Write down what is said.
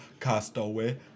Castaway